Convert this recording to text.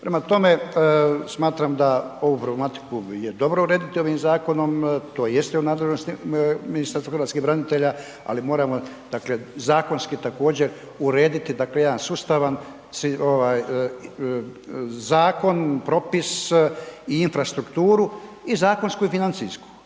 Prema tome, smatram da ovu problematiku je dobro urediti ovim zakonom, to jeste u nadležnosti Ministarstva hrvatskih branitelja, ali moramo, dakle, zakonski također urediti, dakle, jedan sustavan zakon, propis i infrastrukturu i zakonsku i financijsku.